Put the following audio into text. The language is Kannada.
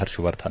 ಪರ್ಷವರ್ಧನ್